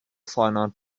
finite